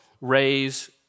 raise